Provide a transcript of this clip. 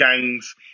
gangs